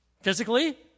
physically